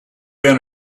been